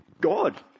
God